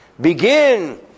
begin